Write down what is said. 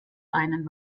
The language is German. einen